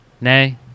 Nay